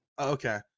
Okay